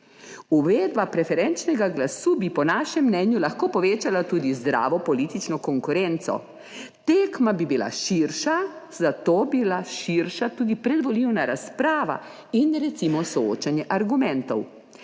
Uvedba preferenčnega glasu bi po našem mnenju lahko povečala tudi zdravo politično konkurenco. Tekma bi bila širša, za to bi bila širša tudi predvolilna razprava in recimo soočenje argumentov.